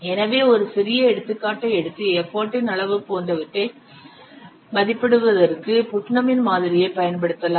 எனவே ஒரு சிறிய எடுத்துக்காட்டை எடுத்து எஃபர்டின் அளவு போன்றவற்றை மதிப்பிடுவதற்கு புட்னமின் மாதிரியைப் பயன்படுத்தலாம்